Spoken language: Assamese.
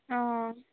অঁ